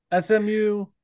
SMU